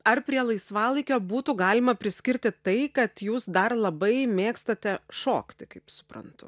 ar prie laisvalaikio būtų galima priskirti tai kad jūs dar labai mėgstate šokti kaip suprantu